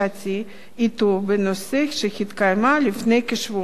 אתו בנושא שהתקיימה לפני כשבועיים,